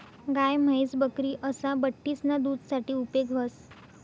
गाय, म्हैस, बकरी असा बठ्ठीसना दूध साठे उपेग व्हस